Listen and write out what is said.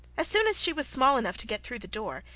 as soon as she was small enough to get through the door,